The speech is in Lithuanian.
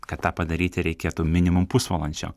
kad tą padaryti reikėtų minimum pusvalandžio